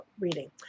reading